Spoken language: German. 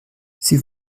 sie